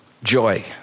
Joy